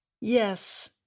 Yes